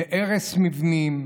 הרס מבנים,